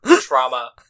Trauma